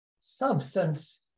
substance